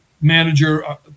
manager